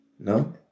No